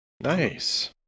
Nice